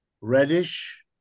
reddish